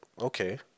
okay